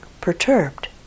perturbed